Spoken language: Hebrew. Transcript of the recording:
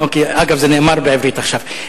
אגב, זה נאמר בעברית עכשיו.